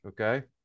okay